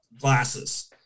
glasses